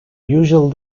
usually